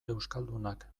euskaldunak